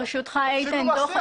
זה מה שאתם עושים.